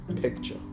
picture